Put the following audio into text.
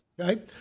Okay